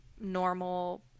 normal